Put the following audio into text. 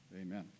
Amen